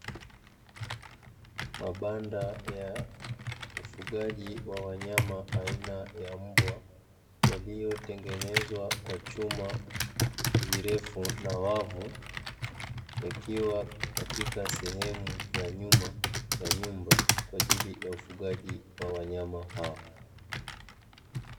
Mabanda ya ufugaji wa wanyama aina ya mbwa, yaliyotengenezwa kwa chuma virefu na wavu ikiwa katika sehemu ya nyuma ya nyumba kwa ajili ya ufugaji wa wanyama hao.